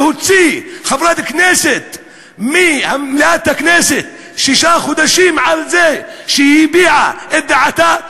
להוציא חברת כנסת ממליאת הכנסת שישה חודשים על זה שהיא הביעה את דעתה,